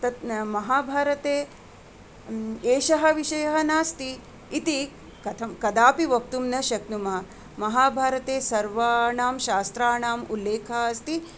तत् महाभारते एषः विषयः नास्ति इति कथं कदापि वक्तुं न शक्नुमः महाभारते सर्वाणां शास्त्राणाम् उल्लेखः अस्ति